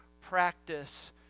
practice